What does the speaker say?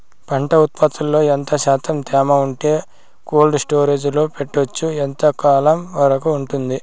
పంట ఉత్పత్తులలో ఎంత శాతం తేమ ఉంటే కోల్డ్ స్టోరేజ్ లో పెట్టొచ్చు? ఎంతకాలం వరకు ఉంటుంది